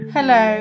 Hello